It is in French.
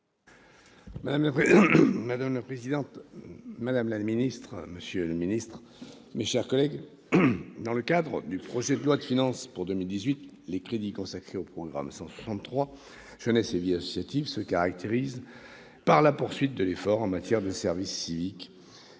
Madame la présidente, madame la ministre, monsieur le ministre, mes chers collègues, dans le cadre du projet de loi de finances pour 2018, les crédits consacrés au programme 163, « Jeunesse et vie associative », se caractérisent par la poursuite de l'effort en matière de service civique